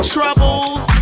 Troubles